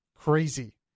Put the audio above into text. crazy